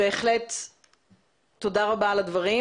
תודה רבה, ניצן חן, חזרת בך.